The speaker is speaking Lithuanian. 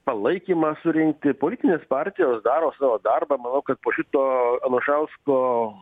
palaikymą surinkti politinės partijos daro savo darbą manau kad po šito anušausko